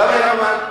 למה אין מעמד?